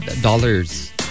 dollars